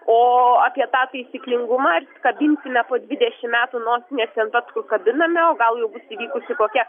o apie tą taisyklingumą kabinsime po dvidešimt metų nosines ne tas kur kabiname o gal bus įvykusi kokia